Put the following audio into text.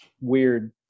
weird